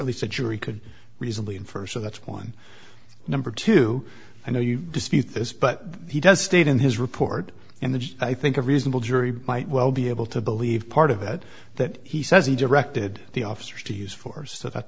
at least a jury could reasonably infer so that's one number two i know you dispute this but he does state in his report and the judge i think a reasonable jury might well be able to believe part of it that he says he directed the officers to use force so that